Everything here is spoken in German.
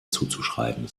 zuzuschreiben